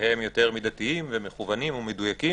שהם יותר מידתיים ומכוונים ומדויקים,